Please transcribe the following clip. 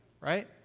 right